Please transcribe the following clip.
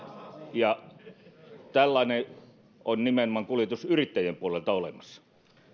ja tällainen on nimenomaan kuljetusyrittäjien puolelta olemassa